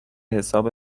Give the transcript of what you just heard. حساب